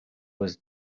was